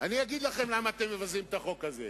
אני אגיד לכם למה אתם מבזים את החוק הזה,